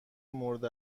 مورد